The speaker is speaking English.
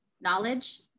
knowledge